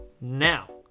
Now